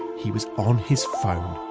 he was on his phone,